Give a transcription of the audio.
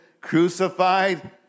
crucified